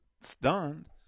stunned